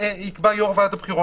יקבע יושב-ראש ועדת הבחירות.